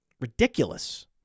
ridiculous